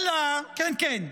כן, כן.